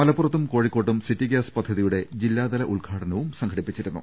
മലപ്പു റത്തും കോഴിക്കോട്ടും സിറ്റിഗ്യാസ് പദ്ധതിയുടെ ജില്ലാതല ഉദ്ഘാ ടനവും സംഘടിപ്പിച്ചിരുന്നു